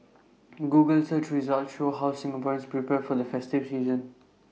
Google search results show how Singaporeans prepare for the festive season